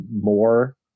more